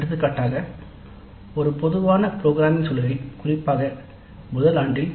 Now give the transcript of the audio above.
எடுத்துக்காட்டாக ஒரு பொதுவான புரோகிராமிங் சூழலில் குறிப்பாக முதல் ஆண்டில்